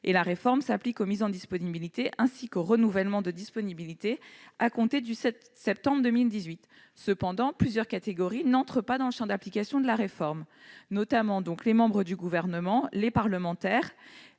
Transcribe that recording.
La réforme s'applique aux mises en disponibilité, ainsi qu'aux renouvellements de disponibilité à compter du 7 septembre 2018. Cependant, plusieurs catégories n'entrent pas dans le champ de la réforme, notamment les membres du Gouvernement, les parlementaires,